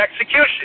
execution